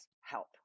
help